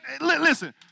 listen